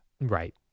Right